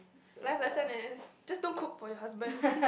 life lesson is just don't cook for your husband